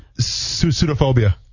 pseudophobia